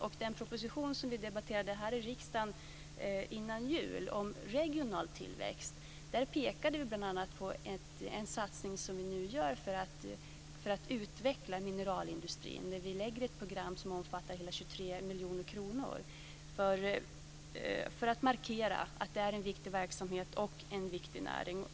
Och i den proposition som vi debatterade här i riksdagen innan jul om regional tillväxt pekade vi bl.a. på en satsning som vi nu gör för att utveckla mineralindustrin när vi lägger fram ett program som omfattar hela 23 miljoner kronor för att markera att det är en viktig verksamhet och en viktig näring.